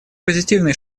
позитивный